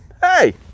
hey